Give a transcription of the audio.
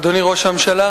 אדוני ראש הממשלה,